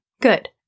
Good